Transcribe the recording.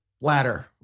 ladder